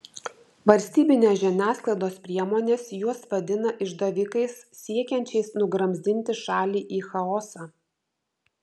valstybinės žiniasklaidos priemonės juos vadina išdavikais siekiančiais nugramzdinti šalį į chaosą